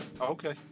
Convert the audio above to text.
Okay